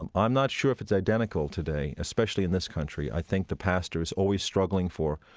i'm i'm not sure if it's identical today, especially in this country. i think the pastor is always struggling for,